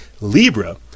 Libra